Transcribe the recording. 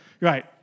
Right